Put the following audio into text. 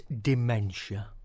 Dementia